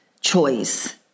choice